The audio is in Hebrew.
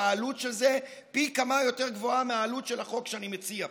והעלות של זה היא פי כמה יותר גבוהה מהעלות של החוק שאני מציע פה.